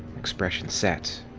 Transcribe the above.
expression set.